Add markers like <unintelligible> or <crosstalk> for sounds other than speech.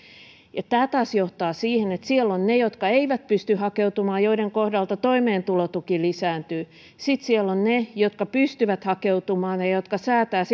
tämä taas johtaa siihen että siellä ovat ne jotka eivät pysty hakeutumaan ja joiden kohdalla toimeentulotuki lisääntyy sitten siellä ovat ne jotka pystyvät hakeutumaan ja ja jotka säätävät <unintelligible>